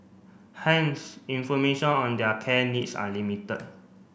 hence information on their care needs are limited